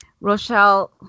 Rochelle